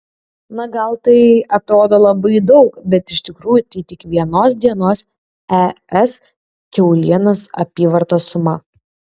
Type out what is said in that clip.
na gal tai atrodo labai daug bet iš tikrųjų tai tik vienos dienos es kiaulienos apyvartos suma